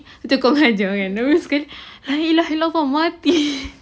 dia suka merajuk kan habis kita orang ah hilang hilang kau mati